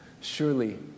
Surely